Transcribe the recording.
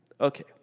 Okay